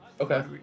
Okay